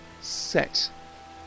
set